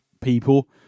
people